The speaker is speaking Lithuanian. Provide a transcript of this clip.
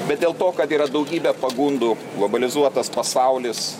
bet dėl to kad yra daugybė pagundų globalizuotas pasaulis